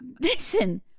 listen